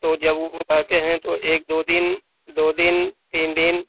تو جب وہ پڑھاتے ہیں تو ایک دو دِن دو دِن تین دِن